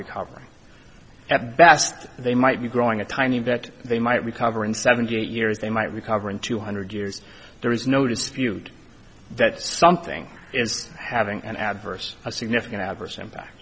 recovering at best they might be growing a tiny bit they might recover in seventy eight years they might recover in two hundred years there is no dispute that something is having an adverse a significant adverse impa